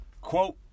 quote